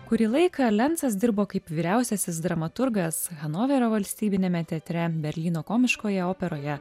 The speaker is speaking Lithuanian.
kurį laiką lencas dirbo kaip vyriausiasis dramaturgas hanoverio valstybiniame teatre berlyno komiškojoje operoje